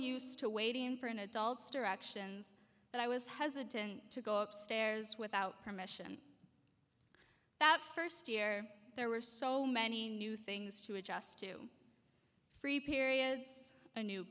used to waiting for an adult's directions but i was hesitant to go up stairs without permission that first year there were so many new things to adjust to free periods a new